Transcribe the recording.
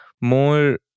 more